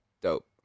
dope